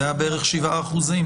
זה היה בערך 7 אחוזים.